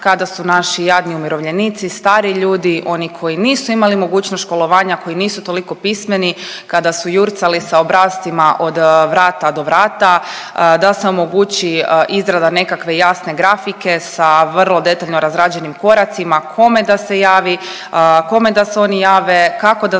kada su naši jadni umirovljenici, stariji ljudi, oni koji nisu imali mogućnost školovanja, koji nisu toliko pismeni, kada su jurcali sa obrascima od vrata do vrata, da se omogući izrada nekakve jasne grafike sa vrlo detaljno razrađenim koracima kome da se javi, kome da se oni jave, kako da